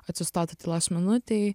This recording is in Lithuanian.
atsistotų tylos minutei